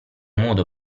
modo